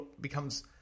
becomes